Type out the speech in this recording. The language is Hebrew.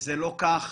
זה לא כך,